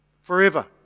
forever